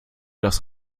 das